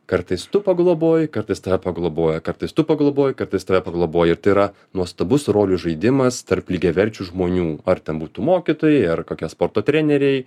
kartais tu pagloboji kartais tave pagloboja kartais tu pagloboji kartais tave pagloboja ir tai yra nuostabus rolių žaidimas tarp lygiaverčių žmonių ar ten būtų mokytojai ar kokie sporto treneriai